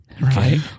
Right